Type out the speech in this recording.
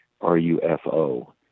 R-U-F-O